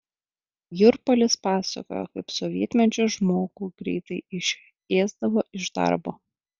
jurpalis pasakojo kaip sovietmečiu žmogų greitai išėsdavo iš darbo